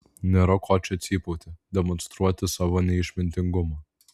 nėra ko čia cypauti demonstruoti savo neišmintingumą